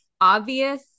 obvious